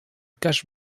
cache